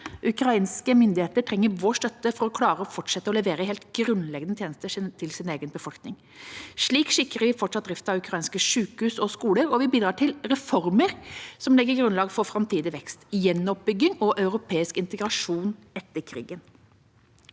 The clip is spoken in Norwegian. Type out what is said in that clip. Ukrainske myndigheter trenger vår støtte for å klare å fortsette å levere helt grunnleggende tjenester til sin egen befolkning. Slik sikrer vi fortsatt drift av ukrainske sykehus og skoler, og vi bidrar til reformer som legger grunnlag for framtidig vekst, gjenoppbygging og europeisk integrasjon etter krigen.